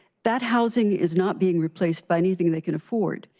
that housing is not being replaced by anything they can afford.